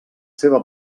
seva